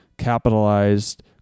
capitalized